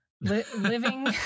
Living